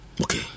Okay